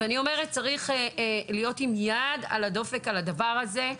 צריך להיות עם יד על הדופק לגבי הדבר הזה.